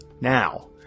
Now